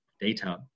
data